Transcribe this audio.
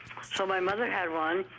so my mother had one,